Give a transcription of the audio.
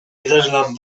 idazlan